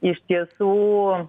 iš tiesų